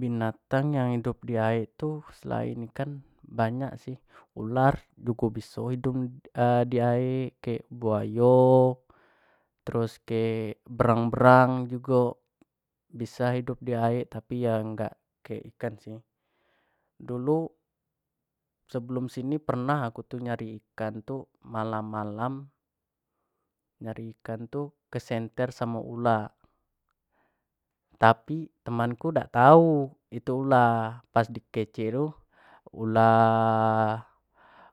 Binatang yang hidup di aek tu selain ikan banyak sih, ular jugo biso hidup di aek, kayak buayo, terus kek berang berang jugo tapi iya dak kek ikan sih, dulu sebelum sini tu pernah ku nyari ikan tu malam-malam nyari ikan tu kesenter samo ular, tapi teman ku tu dak tau itu ular, pas di kecek tu ular